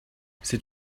c’est